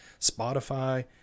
Spotify